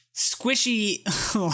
Squishy